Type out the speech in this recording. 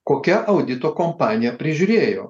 kokia audito kompanija prižiūrėjo